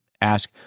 ask